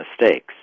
mistakes